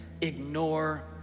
Ignore